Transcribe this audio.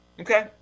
Okay